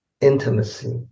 intimacy